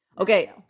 okay